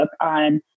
on